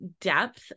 depth